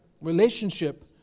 relationship